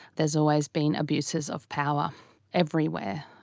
there has always been abuses of power everywhere.